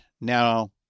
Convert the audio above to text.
now